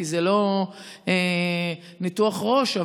כי זה לא ניתוח ראש,